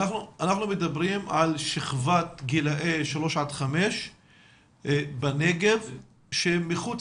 אנחנו מדברים על שכבת גילאי 3 עד 5 בנגב שהם מחוץ